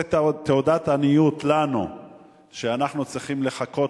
זה תעודת עניות לנו שאנחנו צריכים לחכות